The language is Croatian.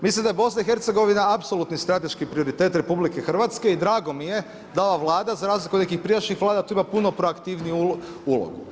Mislim da je BiH apsolutni strateški prioritet RH i drago mi je da ova Vlada za razliku od nekih prijašnjih Vlada tu ima puno proaktivniju ulogu.